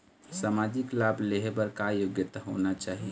सामाजिक लाभ लेहे बर का योग्यता होना चाही?